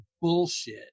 bullshit